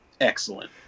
Excellent